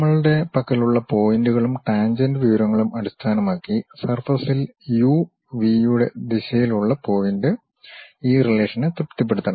നമ്മളുടെ പക്കലുള്ള പോയിന്റുകളും ടാൻജൻ്റ് വിവരങ്ങളും അടിസ്ഥാനമാക്കി സർഫസിൽ യു വി യുടെ ദിശയിലുള്ള പോയിന്റ് ഈ റിലേഷനേ തൃപ്തിപ്പെടുത്തണം